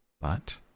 but